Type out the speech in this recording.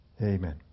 Amen